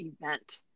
event